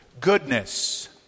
goodness